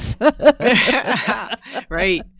Right